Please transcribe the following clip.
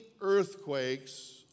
earthquakes